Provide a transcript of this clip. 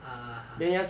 ah